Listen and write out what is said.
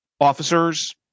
officers